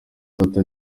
tatu